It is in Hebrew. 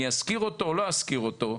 אני אזכיר אותו או לא אזכיר אותו,